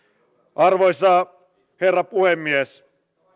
arvoisa herra puhemies